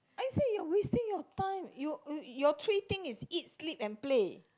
I say you're wasting your time you your three thing is eat sleep and play